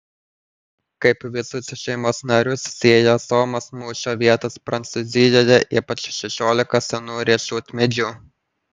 kaip visus šeimos narius sieja somos mūšio vietos prancūzijoje ypač šešiolika senų riešutmedžių